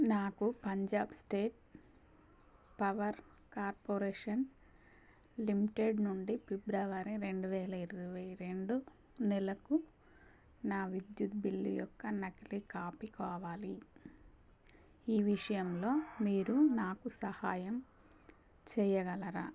నాకు Punjab state power corporation limited నుండి ఫిబ్రవరి రెండు వేల ఇరవై రెండు నెలకు నా విద్యుత్ బిల్లు యొక్క నకిలీ కాపీ కావాలి ఈ విషయంలో మీరు నాకు సహాయం చెయ్యగలరా